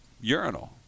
urinal